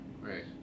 Right